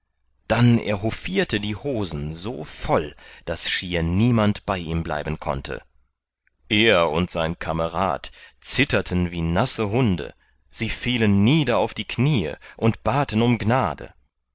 dann er hofierte die hosen so voll daß schier niemand bei ihm bleiben konnte er und sein kamerad zitterten wie nasse hunde sie fielen nieder auf die kniee und baten um gnade